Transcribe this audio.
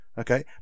Okay